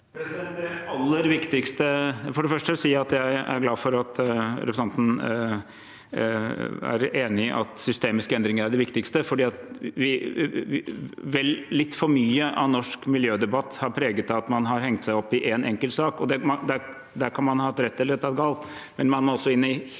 jeg er glad for at representanten er enig i at systemiske endringer er det viktigste, for litt for mye av norsk miljødebatt har vært preget av at man har hengt seg opp i én enkelt sak. Der kan man ha hatt rett eller tatt